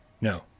no